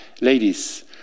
Ladies